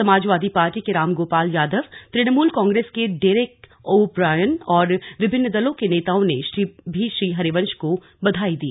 समाजवादी पार्टी के रामगोपाल यादव तणमूल कांग्रेस के Derek O'Brien और विभन्न दलों के नेताओं ने भी श्री हरिवंश को बधाई दी